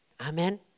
Amen